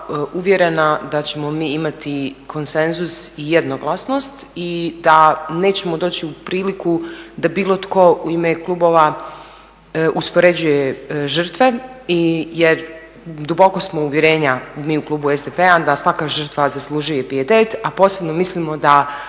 uvjerena da ćemo mi imati konsenzus i jednoglasnost i da nećemo doći u priliku da bilo tko u ime klubova uspoređuje žrtve jer dubokog smo uvjerenja mi u klubu SDP-a da svaka žrtva zaslužuje pijetet a posebno mislimo da